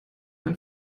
man